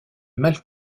mal